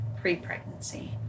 pre-pregnancy